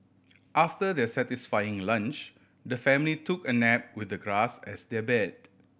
after their satisfying lunch the family took a nap with the grass as their bed